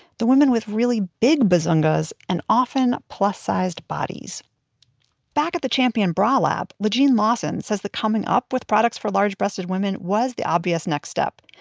the women with really big bazungas and often plus-sized bodies back at the champion bra lab, lajean lawson says that coming up with products for large breasted women was the obvious next step,